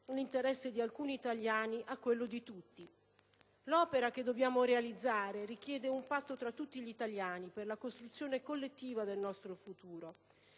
grazie